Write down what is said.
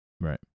right